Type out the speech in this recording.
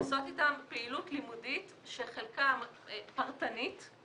עושות איתם פעילות לימודית שחלקה פרטנית,